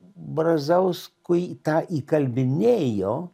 brazauskui tą įkalbinėjo